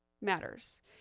matters